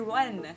one